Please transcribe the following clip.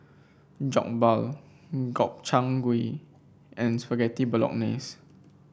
Jokbal Gobchang Gui and Spaghetti Bolognese